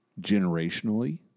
generationally